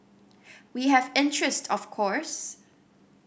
we have interest of course